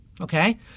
okay